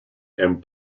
and